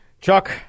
Chuck